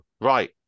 Right